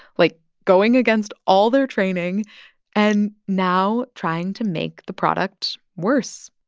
like, going against all their training and now trying to make the product worse.